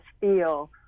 feel